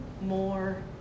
more